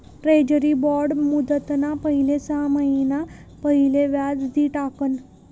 treasury bond मुदतना पहिले सहा महिना पहिले व्याज दि टाकण